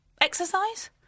Exercise